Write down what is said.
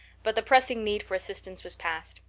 but the pressing need for assistance was past.